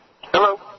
Hello